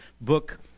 book